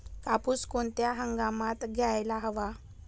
कापूस कोणत्या हंगामात घ्यायला हवा?